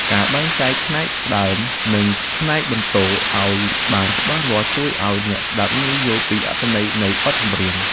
ការបែងចែកផ្នែកផ្ដើម និង ផ្នែកបន្ទរឱ្យបានច្បាស់លាស់ជួយឱ្យអ្នកស្ដាប់ងាយយល់ពីអត្ថន័យនៃបទចម្រៀង។